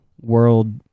world